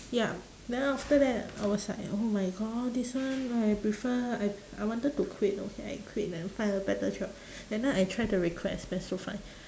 ya then after that I was like oh my god this one I prefer I I wanted to quit okay I quit then find a better job then now I try to request but still five